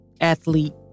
athlete